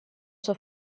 sua